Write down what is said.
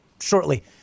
shortly